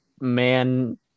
man